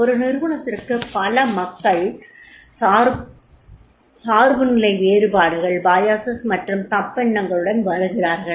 ஒரு நிறுவனத்திற்கு பல மக்கள் சார்புநிலை வேறுபாடுகள் மற்றும் தப்பெண்ணங்களுடன் வருகிறார்கள்